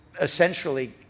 essentially